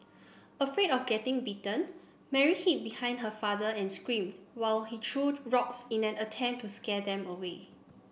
afraid of getting bitten Mary hid behind her father and screamed while he threw rocks in an attempt to scare them away